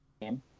game